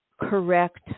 correct